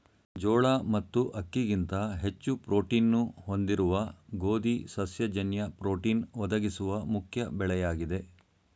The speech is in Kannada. ಜೋಳ ಮತ್ತು ಅಕ್ಕಿಗಿಂತ ಹೆಚ್ಚು ಪ್ರೋಟೀನ್ನ್ನು ಹೊಂದಿರುವ ಗೋಧಿ ಸಸ್ಯ ಜನ್ಯ ಪ್ರೋಟೀನ್ ಒದಗಿಸುವ ಮುಖ್ಯ ಬೆಳೆಯಾಗಿದೆ